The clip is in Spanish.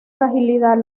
fragilidad